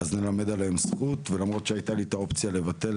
אז נלמד עליהם זכות ולמרות שהייתה לי האפשרות לבטל